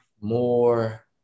more